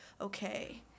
okay